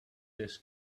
this